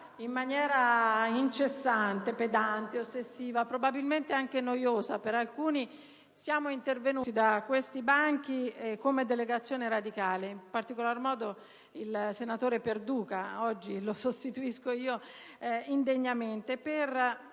in maniera incessante, pedante, ossessiva, probabilmente anche noiosa per alcuni, siamo intervenuti da questi banchi come delegazione radicale - in particolar modo lo ha fatto il senatore Perduca che oggi sostituisco indegnamente - per